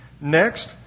Next